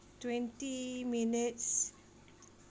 twenty minutes